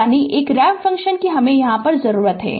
यानी एक ramp function की जरूरत है